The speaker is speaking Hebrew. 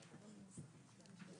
חסרות),